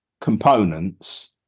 components